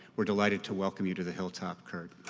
we're delighted to welcome you to the hilltop, kirt.